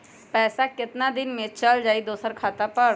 पैसा कितना दिन में चल जाई दुसर खाता पर?